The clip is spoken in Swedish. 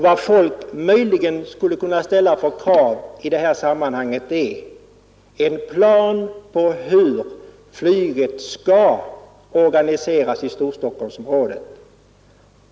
Vad folk möjligen skulle kunna ställa krav på i det här sammanhanget, det är en plan för hur flyget skall organiseras i Storstockholmsområdet.